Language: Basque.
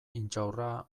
intxaurra